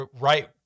right